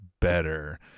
better